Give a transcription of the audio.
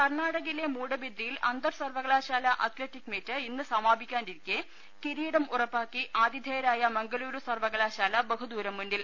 കർണാടകയിലെ മൂഡബിദ്രിയിൽ അന്തർസർവകലാശാല അത്ലറ്റിക് മീറ്റ് ഇന്ന് സമാപിക്കാനിരിക്കെ ്കിരീട്ട് ഉറപ്പാക്കി ആതിഥേയരായ മംഗളൂരു സർവ്വകലാശാല ബഹുദൂരം മുന്നിൽ